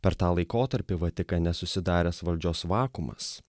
per tą laikotarpį vatikane susidaręs valdžios vakuumas